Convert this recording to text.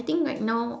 I think right now